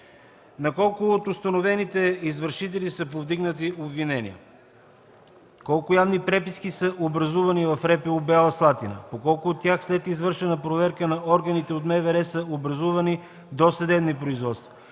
На колко от установените извършители са повдигнати обвинения? Колко явни преписки са образувани в РПУ – Бяла Слатина? По колко от тях след извършена проверка от органите на МВР са образувани досъдебни производства?